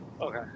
Okay